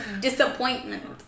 disappointment